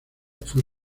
fue